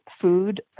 food